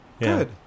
Good